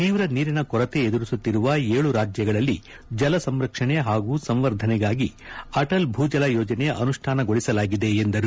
ಶೀವ್ರ ನೀರಿನ ಕೊರತೆ ಎದುರಿಸುತ್ತಿರುವ ಏಳು ರಾಜ್ಯಗಳಲ್ಲಿ ಜಲ ಸಂರಕ್ಷಣೆ ಹಾಗೂ ಸಂವರ್ಧನೆಗಾಗಿ ಅಟಲ್ ಭೂಜಲ ಯೋಜನೆ ಅನುಷ್ಠಾನಗೊಳಿಸಲಾಗಿದೆ ಎಂದರು